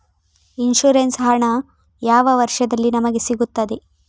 Insurance ಹಣ ಯಾವ ವರ್ಷದಲ್ಲಿ ನಮಗೆ ಸಿಗುತ್ತದೆ?